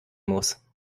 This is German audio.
muss